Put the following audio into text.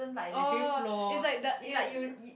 orh is like the it